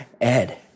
Ed